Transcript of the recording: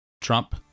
Trump